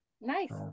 Nice